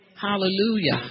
Hallelujah